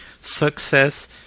success